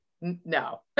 no